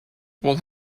will